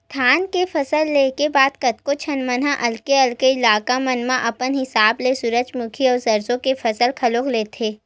धान के फसल ले के बाद कतको झन मन अलगे अलगे इलाका मन म अपन हिसाब ले सूरजमुखी अउ सरसो के फसल घलोक लेथे